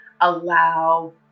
allow